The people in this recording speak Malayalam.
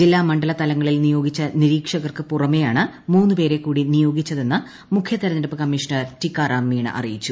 ജില്ല മണ്ഡല തലങ്ങളിൽ നിയോഗിച്ച നിരീക്ഷകർക്ക് പുറമെയാണ് മൂന്നുപേരെ കൂടി നിയോഗിച്ചതെന്ന് മുഖ്യ തെരഞ്ഞെടുപ്പ് കമ്മീഷണർ ടിക്കാറാം മീണ അറിയിച്ചു